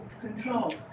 control